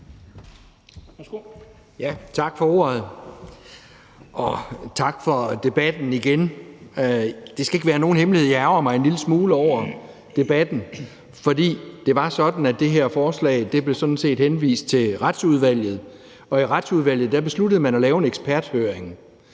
Tak for ordet, og tak for debatten igen. Det skal ikke være nogen hemmelighed, at jeg ærgrer mig en lille smule over debatten, for det var sådan, at det her forslag sådan set blev henvist til Retsudvalget, og i Retsudvalget besluttede man at lave en eksperthøring.